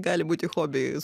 gali būti hobiai